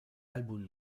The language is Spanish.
álbum